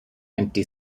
empty